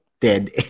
dead